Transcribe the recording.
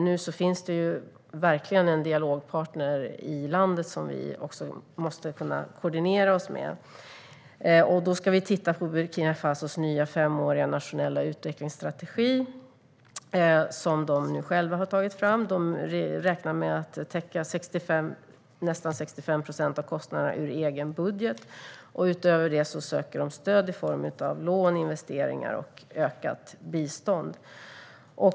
Nu finns det verkligen en dialogpartner i landet som vi också måste kunna koordinera oss med, och då ska vi titta på Burkina Fasos nya femåriga nationella utvecklingsstrategi som de själva har tagit fram. De räknar med att täcka nästan 65 procent av kostnaderna ur egen budget, och utöver det söker de stöd i form av lån, investeringar och ökat bistånd.